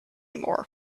more